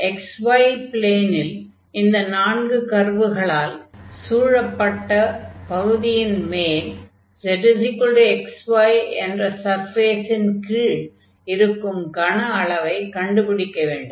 x y ப்ளேனில் இந்த நான்கு கர்வுகளால் சூழப்பட்ட பகுதியின் மேல் zx y என்ற சர்ஃபேஸின் கீழ் இருக்கும் கன அளவைக் கண்டுபிடிக்க வேண்டும்